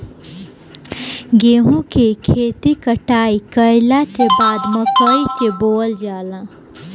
गेहूं के खेती कटाई कइला के बाद मकई के बोअल जाला